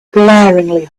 glaringly